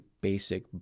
basic